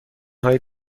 های